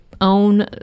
own